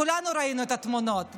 כולנו ראינו את התמונות.